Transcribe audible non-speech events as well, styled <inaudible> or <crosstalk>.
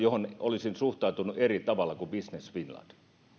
<unintelligible> johon olisin suhtautunut eri tavalla kuin business finland